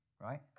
right